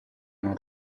non